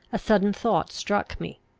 a sudden thought struck me.